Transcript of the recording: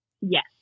Yes